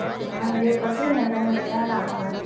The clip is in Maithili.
हँ जे पसिन्द हेतनि उ नया लाबबनि